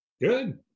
Good